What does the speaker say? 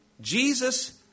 Jesus